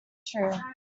true